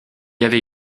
avait